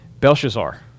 Belshazzar